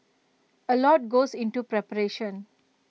A lot goes into preparation